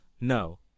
no